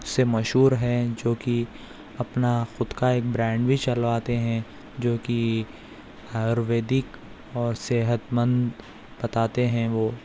سے مشہور ہیں جو کہ اپنا خود کا ایک برانڈ بھی چلواتے ہیں جو کہ آیورویدک اور صحتمند بتاتے ہیں وہ